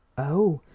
oh,